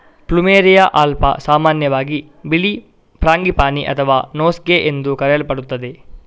plumeria alba ಸಾಮಾನ್ಯವಾಗಿ ಬಿಳಿ frangipani ಅಥವಾ ನೋಸ್ಗೇ ಎಂದು ಕರೆಯಲ್ಪಡುತ್ತದೆ